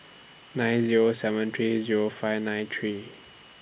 nine Zero seven three Zero five nine three